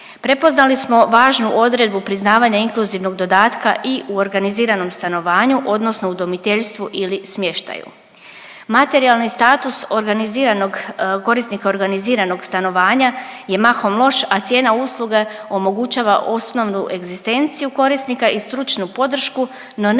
Prepoznali smo važnu odredbu priznavanja inkluzivnog dodatka i u organiziranom stanovanju, odnosno udomiteljstvu ili smještaju. Materijalni status organiziranog korisnika organiziranog stanovanja je mahom loš, a cijena usluge omogućava osnovnu egzistenciju korisnika i stručnu podršku no ne